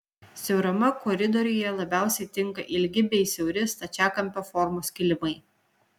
siaurame koridoriuje labiausiai tinka ilgi bei siauri stačiakampio formos kilimai